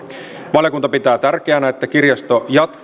valiokunta pitää tärkeänä että kirjasto